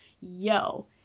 yo